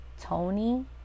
Tony